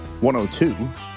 102